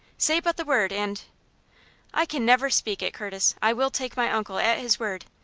say but the word, and i can never speak it, curtis! i will take my uncle at his word.